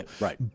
right